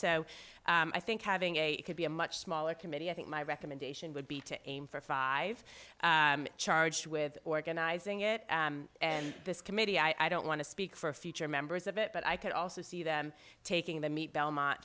so i think having a it could be a much smaller committee i think my recommendation would be to aim for five charged with organizing it and this committee i don't want to speak for a future members of it but i could also see them taking the meat belmont